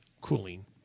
cooling